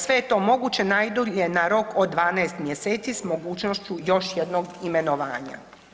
Sve je to moguće najdulje na rok od 12 mjeseci s mogućnošću još jednog imenovanja.